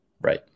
right